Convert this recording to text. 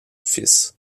fils